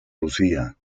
lucía